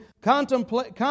contemplate